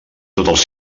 tots